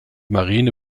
marine